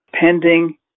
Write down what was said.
pending